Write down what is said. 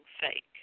fake